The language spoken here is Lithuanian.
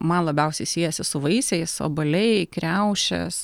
man labiausiai siejasi su vaisiais obuoliai kriaušės